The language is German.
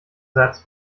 satz